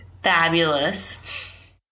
fabulous